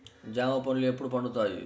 జామ పండ్లు ఎప్పుడు పండుతాయి?